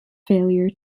failure